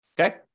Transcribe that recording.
okay